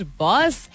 boss